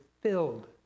filled